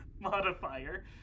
modifier